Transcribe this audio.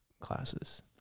classes